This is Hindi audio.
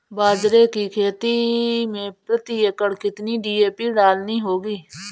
बाजरे की खेती में प्रति एकड़ कितनी डी.ए.पी डालनी होगी?